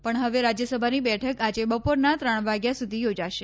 પણ હવે રાજ્યસભાની બેઠક આજે બપોરનાં ત્રણ વાગ્યા સુધી યોજાશે